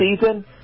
season